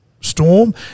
Storm